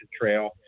Trail